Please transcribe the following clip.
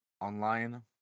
online